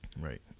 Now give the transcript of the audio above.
Right